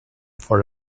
for